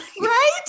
Right